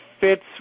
fits